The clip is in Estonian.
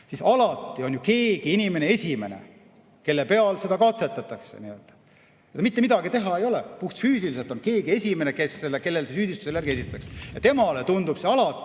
siis alati on ju keegi inimene esimene, kelle peal seda katsetatakse. Mitte midagi teha ei ole, puhtfüüsiliselt on keegi esimene, kellele see süüdistus esitatakse. Ja temale tundub see alati